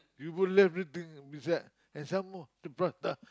you would love everything there and some more the prata